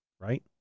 right